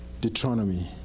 deuteronomy